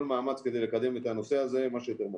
מאמץ כדי לקדם את הנושא הזה מה שיותר מהר.